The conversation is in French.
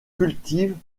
cultivent